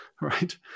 Right